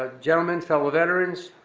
ah gentlemen, fellow veterans,